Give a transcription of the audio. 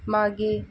मागे